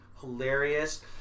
hilarious